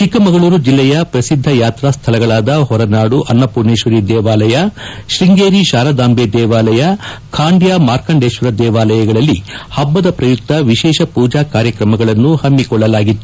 ಚಿಕ್ಕಮಗಳೂರು ಜಿಲ್ಲೆಯ ಪ್ರಸಿದ್ದ ಯಾತ್ರಾ ಸ್ಥಳಗಳಾದ ಹೊರನಾಡು ಅನ್ನ ಪೂರ್ಣೇಶ್ವರಿ ದೇವಾಲಯ ಶೃಂಗೇರಿ ಶಾರದಾಂಬೆ ದೇವಾಲಯ ಖಾಂಡ್ಯ ಮಾರ್ಕಾಂಡೇಶ್ವರ ದೇವಾಲಯಗಳಲ್ಲಿ ಹಬ್ಬದ ಪ್ರಯುಕ್ತ ವಿಶೇಷ ಪೂಜಾ ಕಾರ್ಯಕ್ರಮಗಳನ್ನು ಹಮ್ಮಿಕೊಳ್ಳಲಾಗಿತ್ತು